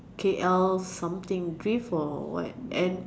K_L something drift or what and